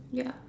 ya